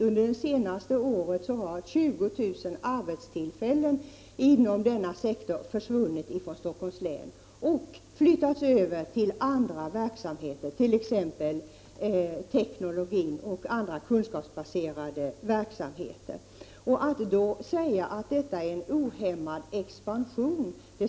Under det senaste året har i Stockholms län 20 000 arbetstillfällen försvunnit från denna sektor och flyttats över till andra områden, t.ex. teknologi och andra kunskapsbaserade verksamheter. Det stämmer inte med verkligheten att säga att detta är en ohämmad expansion.